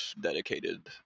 dedicated